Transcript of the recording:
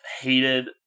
hated